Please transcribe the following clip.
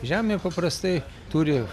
žemė paprastai turi